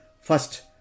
First